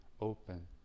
open